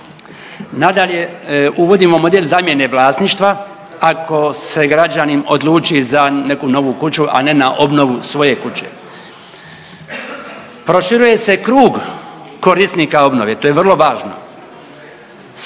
Nadalje, uvodimo model zamjene vlasništva ako se građanin odluči za neku novu kuću, a ne na obnovu svoje kuće. Proširuje se krug korisnika obnove, to je vrlo važno,